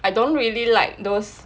I don't really like those